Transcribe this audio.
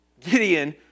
Gideon